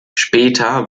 später